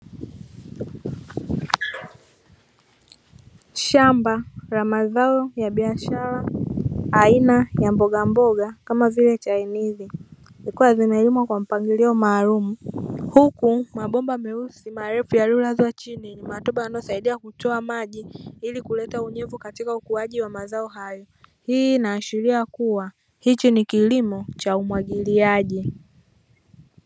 Shamba la mazao ya biashara aina ya mboga mboga kama vile chainizi zikuwa zimeilimwa kwa mpangilio maalum huku mabomba meusi marefu yaliyo lazwa chini yenye matobo yanayosaidia kutoa maji ili kuleta unyevu katika ukuaji wa mazao hayo. Hii inaashiria kuwa hichi ni kilimo cha umwagiliaji.